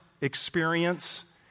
experience